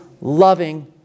loving